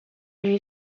lui